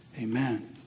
Amen